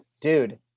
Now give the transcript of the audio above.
Dude